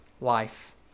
life